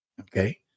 Okay